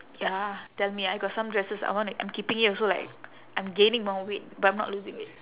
ya tell me I got some dresses I wanna I'm keeping it also like I'm gaining more weight but I'm not losing weight